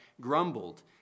grumbled